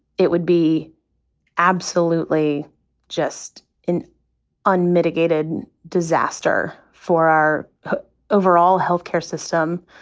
it would be absolutely just an unmitigated disaster for our overall health care system,